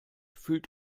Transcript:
fühlt